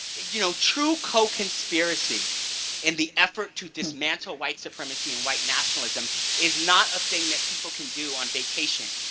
you know, true co-conspiracy in the effort to dismantle white supremacy and white nationalism is not a thing that people can do on vacation.